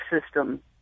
system